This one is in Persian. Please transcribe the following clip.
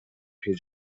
توی